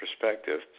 perspective